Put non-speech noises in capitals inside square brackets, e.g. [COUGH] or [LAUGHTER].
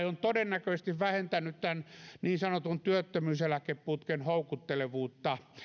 [UNINTELLIGIBLE] on todennäköisesti vähentänyt niin sanotun työttömyyseläkeputken houkuttelevuutta